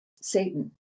Satan